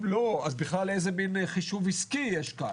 אם לא, אז בכלל איזה מן חישוב עסקי יש כאן,